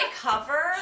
cover